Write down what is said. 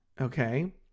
Okay